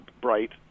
bright